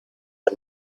the